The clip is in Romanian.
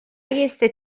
este